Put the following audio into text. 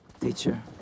teacher